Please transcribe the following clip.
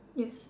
yes